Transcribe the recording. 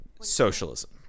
Socialism